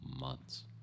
months